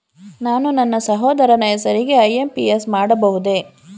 ನಾನು ನನ್ನ ಸಹೋದರನ ಹೆಸರಿಗೆ ಐ.ಎಂ.ಪಿ.ಎಸ್ ಮಾಡಬಹುದೇ?